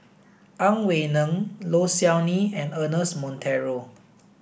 Ang Wei Neng Low Siew Nghee and Ernest Monteiro